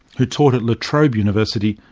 who taught at la trobe university,